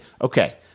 Okay